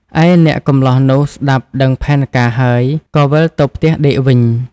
ឯអ្នកកម្លោះនោះស្តាប់ដឹងផែនការហើយ ក៏វិលទៅផ្ទះដេកវិញ។